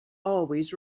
always